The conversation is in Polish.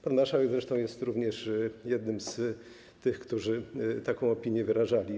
Pan marszałek zresztą jest również jednym z tych, którzy taką opinię wyrażali.